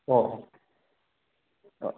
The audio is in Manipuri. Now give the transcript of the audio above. ꯑꯣ ꯑꯣ ꯑꯣ